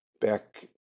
back